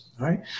right